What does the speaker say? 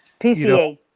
PCA